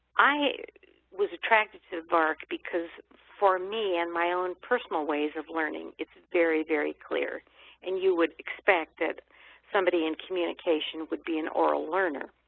i was attracted to the vark because for me, in my own personal ways of learning, it's very, very clear and you would expect that somebody in communication would be an aural learner.